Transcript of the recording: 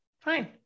Fine